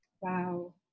Wow